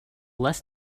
less